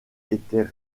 étaient